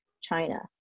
China